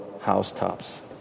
housetops